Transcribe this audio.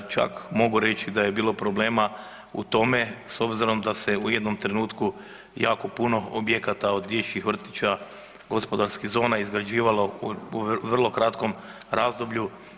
Čak mogu reći da je bilo problema u tome s obzirom da se u jednom trenutku jako puno objekata od dječjih vrtića, gospodarskih zona izgrađivala u vrlo kratkom razdoblju.